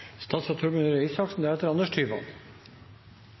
statsråd Røe Isaksen